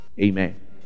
amen